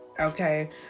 Okay